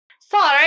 Sorry